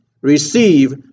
Receive